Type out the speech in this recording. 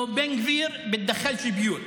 בן גביר (אומר בערבית: